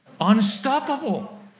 unstoppable